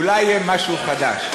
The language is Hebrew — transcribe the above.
אולי יהיה משהו חדש.